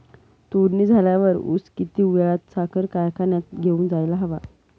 तोडणी झाल्यावर ऊस किती वेळात साखर कारखान्यात घेऊन जायला हवा?